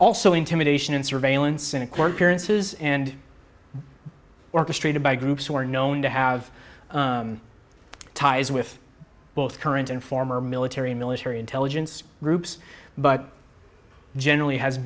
also intimidation and surveillance in a court appearances and orchestrated by groups who are known to have ties with both current and former military and military intelligence groups but generally has